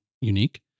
unique